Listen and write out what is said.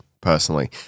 personally